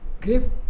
Give